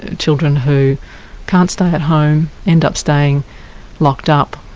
and children who can't stay at home, end up staying locked up,